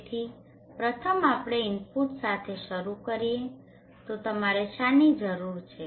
તેથી પ્રથમ આપણે ઇનપુટ્સ સાથે શરૂ કરીએ તો તમારે શાની જરૂર છે